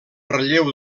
relleu